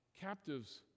captives